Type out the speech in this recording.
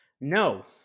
no